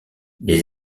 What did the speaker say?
les